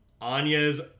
Anya's